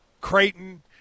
Creighton